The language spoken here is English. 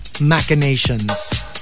machinations